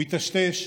הוא היטשטש